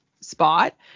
spot